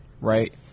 right